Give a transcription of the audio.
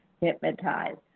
hypnotized